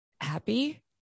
happy